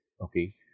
Okay